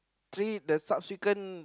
three the subsequent